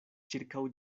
ĉirkaŭ